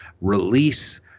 release